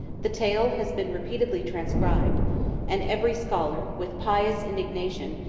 the tale has been repeatedly transcribed and every scholar, with pious indignation,